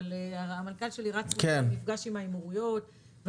המנכ"ל שלי רץ ונפגש עם האמירויות,